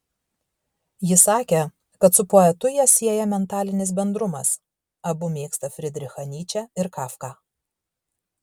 ji sakė kad su poetu ją sieja mentalinis bendrumas abu mėgsta frydrichą nyčę ir kafką